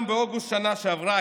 גם באוגוסט בשנה שעברה,